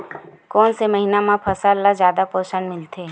कोन से महीना म फसल ल जादा पोषण मिलथे?